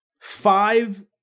five